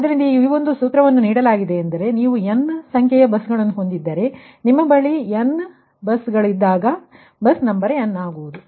ಆದ್ದರಿಂದ ಒಂದು ಸೂತ್ರವನ್ನು ನೀಡಲಾಗಿದೆಯೆಂದರೆ ನೀವು n ಸಂಖ್ಯೆಯ ಬಸ್ಸುಗಳನ್ನು ಹೊಂದಿದ್ದರೆ ನಿಮ್ಮ ಬಳಿ n ಬಸ್ಇದ್ದಾಗ ಒಟ್ಟು ಬಸ್ ನಂಬರ್ n ಆಗುವುದು